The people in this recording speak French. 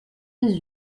dix